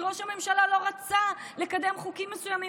כי ראש הממשלה לא רצה לקדם חוקים מסוימים,